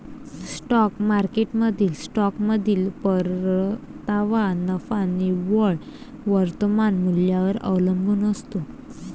stock मार्केटमधील स्टॉकमधील परतावा नफा निव्वळ वर्तमान मूल्यावर अवलंबून असतो